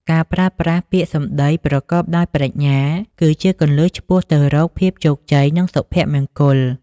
ការប្រើប្រាស់ពាក្យសម្ដីប្រកបដោយប្រាជ្ញា គឺជាគន្លឹះឆ្ពោះទៅរកភាពជោគជ័យ និងសុភមង្គល។